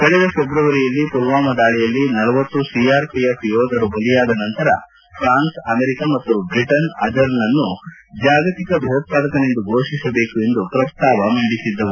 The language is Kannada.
ಕಳೆದ ಫೆಬ್ರವರಿಯಲ್ಲಿ ಪುಲ್ವಾಮಾ ದಾಳಿಯಲ್ಲಿ ಳಂ ಸಿಆರ್ಪಿಎಫ್ ಯೋಧರು ಬಲಿಯಾದ ನಂತರ ಫ್ರಾನ್ಸ್ ಅಮೆರಿಕಾ ಮತ್ತು ಬ್ರಿಟನ್ ಅಜರ್ನನ್ನು ಜಾಗತಿಕ ಭಯೋತ್ವಾದಕನೆಂದು ಘೋಷಿಸಬೇಕು ಎಂದು ಪ್ರಸ್ತಾವ ಮಂಡಿಸಿದ್ದವು